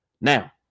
now